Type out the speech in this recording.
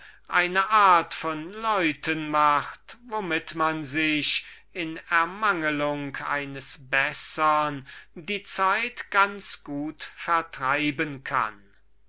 eine art von leuten macht womit man sich in ermanglung eines bessern die zeit vertreiben kann